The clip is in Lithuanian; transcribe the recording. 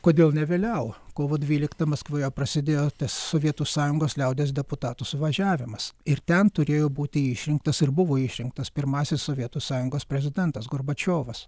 kodėl ne vėliau kovo dvyliktą maskvoje prasidėjo sovietų sąjungos liaudies deputatų suvažiavimas ir ten turėjo būti išrinktas ir buvo išrinktas pirmasis sovietų sąjungos prezidentas gorbačiovas